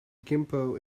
gimpo